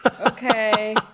Okay